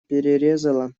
перерезала